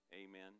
amen